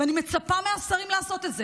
ואני מצפה מהשרים לעשות את זה,